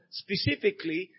specifically